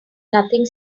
nothing